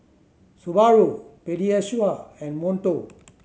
Subaru Pediasure and Monto